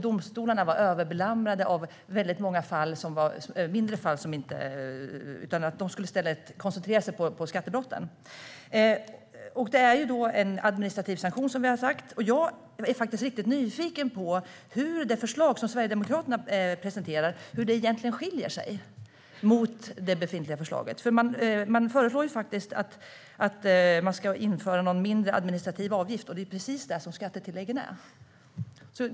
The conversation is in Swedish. Domstolarna var dessutom överbelamrade av väldigt många mindre fall och skulle i stället koncentrera sig på skattebrotten. Som vi har sagt är det en administrativ sanktion. Jag är faktiskt riktigt nyfiken på hur det förslag Sverigedemokraterna presenterar egentligen skiljer sig från det befintliga förslaget. Man föreslår nämligen att det ska införas en mindre, administrativ avgift, och det är precis det skattetilläggen är.